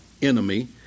enemy